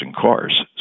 cars